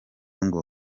ngo